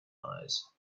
eyes